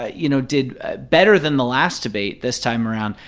ah you know, did better than the last debate this time around,